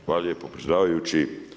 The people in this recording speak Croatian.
Hvala lijepo predsjedavajući.